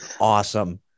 awesome